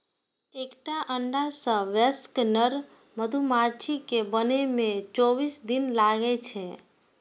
एकटा अंडा सं वयस्क नर मधुमाछी कें बनै मे चौबीस दिन लागै छै